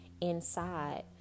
inside